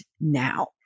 now